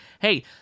Hey